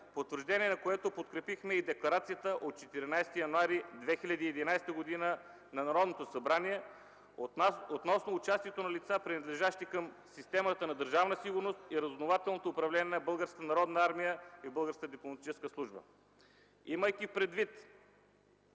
на което подкрепихме и Декларацията от 14 януари 2011 г. на Народното събрание относно участието на лица, принадлежащи към системата на Държавна сигурност и разузнавателното управление на Българската народна